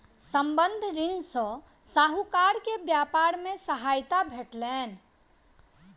संबंद्ध ऋण सॅ साहूकार के व्यापार मे सहायता भेटलैन